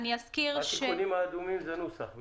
התיקונים באדום זה נוסח בלבד.